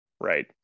right